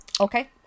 Okay